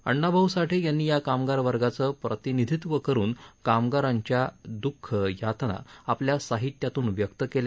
अण्णाभाऊ साठे यांनी या कामगार वर्गाचं प्रतिनिधित्व करून कामगारांच्या द्ःख यातना आपल्या साहित्यातून व्यक्त केल्या